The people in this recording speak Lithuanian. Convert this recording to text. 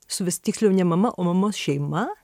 suvis tiksliau ne mama o mamos šeima